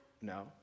No